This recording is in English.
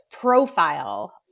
profile